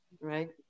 right